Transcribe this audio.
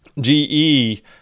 GE